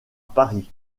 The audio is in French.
paris